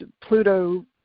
Pluto